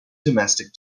domestic